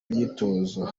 myitozo